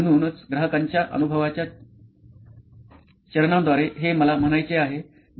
म्हणूनच ग्राहकांच्या अनुभवाच्या चरणांद्वारे हे मला म्हणायचे आहे